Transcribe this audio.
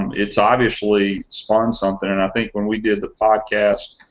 it's obviously sparked something and i think when we did the party s